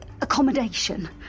accommodation